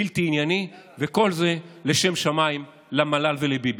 בלתי ענייני, וכל זה לשם שמיים, למל"ל ולביבי.